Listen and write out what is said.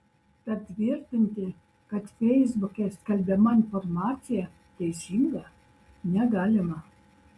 tad tvirtinti kad feisbuke skelbiama informacija teisinga negalima